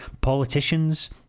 Politicians